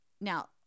Now